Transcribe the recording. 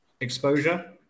Exposure